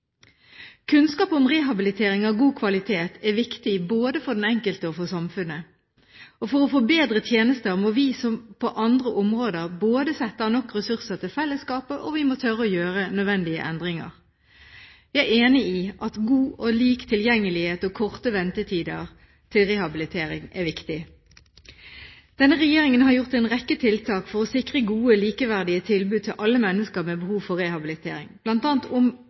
Kunnskap om rehabilitering av god kvalitet er viktig, både for den enkelte og for samfunnet. For å få bedre tjenester må vi som på andre områder både sette av nok ressurser til fellesskapet og tørre å gjøre nødvendige endringer. Jeg er enig i at god og lik tilgjengelighet og korte ventetider for rehabilitering er viktig. Denne regjeringen har gjort en rekke tiltak for å sikre gode, likeverdige tilbud til alle mennesker med behov for rehabilitering.